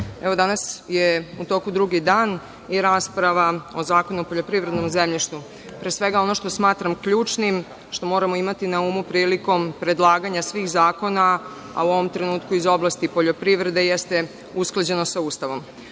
evo, danas je u toku drugi dan i rasprava o Zakonu o poljoprivrednom zemljištu. Pre svega, ono što smatram ključnim, što moramo imati na umu prilikom predlaganja svih zakona, a u ovom trenutku iz oblasti poljoprivrede jeste usklađenost sa Ustavom.